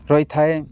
ରହିଥାଏ